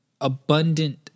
abundant